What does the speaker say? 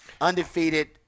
Undefeated